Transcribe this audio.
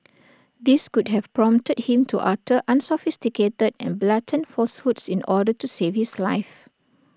this could have prompted him to utter unsophisticated and blatant falsehoods in order to save his life